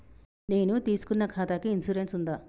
నేను తీసుకున్న ఖాతాకి ఇన్సూరెన్స్ ఉందా?